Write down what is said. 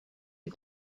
who